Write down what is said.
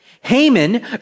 Haman